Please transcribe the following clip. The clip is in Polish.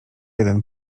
jeden